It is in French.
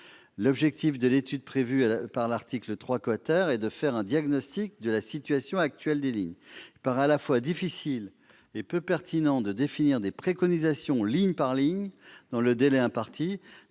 L'objectif de l'étude prévue à l'article 3 est de faire un diagnostic de la situation actuelle des lignes. Il paraît à la fois difficile et peu pertinent de définir des préconisations ligne par ligne dans le délai imparti,